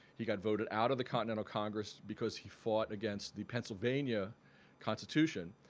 he got voted out of the continental congress because he fought against the pennsylvania constitution.